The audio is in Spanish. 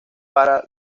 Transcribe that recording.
para